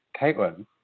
Caitlin